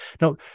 Now